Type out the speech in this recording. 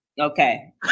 Okay